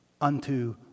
unto